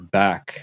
back